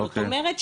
זאת אומרת,